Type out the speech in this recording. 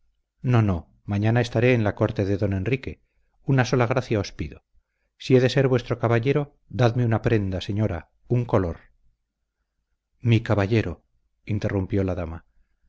no no mañana estaré en la corte de don enrique una sola gracia os pido si he de ser vuestro caballero dadme una prenda señora un color mi caballero interrumpió la dama